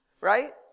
right